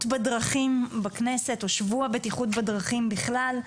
בדרכים בכנסת ושבוע בטיחות בדרכים בכלל,